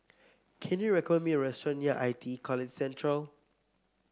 can you recommend me a restaurant near I T E College Central